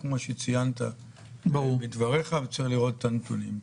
כפי שציינת בדבריך, וצריך לראות את הנתונים.